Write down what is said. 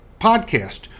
podcast